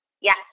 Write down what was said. Yes